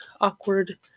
awkward